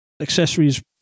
accessories